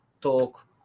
talk